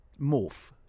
morph